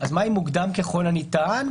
אז מה עם מוקדם ככל הניתן,